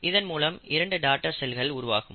இதன் மூலம் இரண்டு டாடர் செல்கள் உருவாகும்